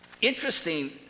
interesting